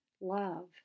love